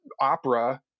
opera